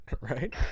Right